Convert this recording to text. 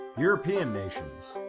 european nations,